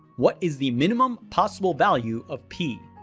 what is the minimum possible value of p?